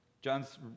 John's